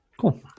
Cool